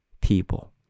people